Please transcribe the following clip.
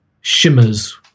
shimmers